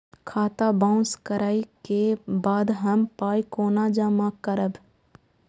खाता बाउंस करै के बाद हम पाय कोना जमा करबै?